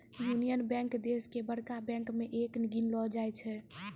union Bank देश के बड़का बैंक मे एक गिनलो जाय छै